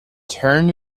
turn